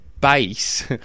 base